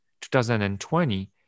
2020